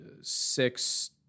six